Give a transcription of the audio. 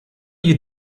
you